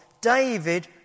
David